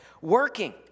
working